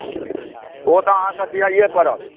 ओ तऽ अहाँके दिअ पड़त